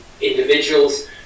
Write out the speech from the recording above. individuals